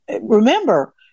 remember